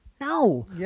No